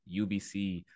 UBC